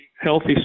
healthy